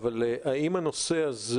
אבל האם הנושא הזה